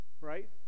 Right